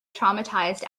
traumatized